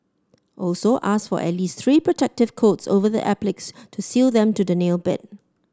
also ask for at least three protective coats over the appliques to seal them to the nail bed